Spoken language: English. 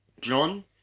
John